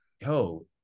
yo